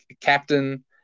captain